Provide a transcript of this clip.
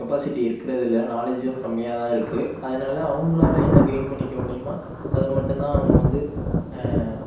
capacity இருக்கிறது இல்லை நாலேஜும் கம்மியாக தான் இருக்குது அதனால அவங்களால் என்ன கெயின் பண்ணிக்க முடியுமோ அதை மட்டுந்தான் அவங்க வந்து